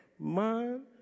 Man